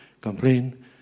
complain